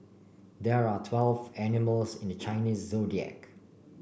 there are twelve animals in the Chinese Zodiac